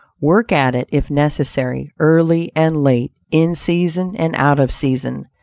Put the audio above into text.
work at it, if necessary, early and late, in season and out of season,